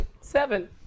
seven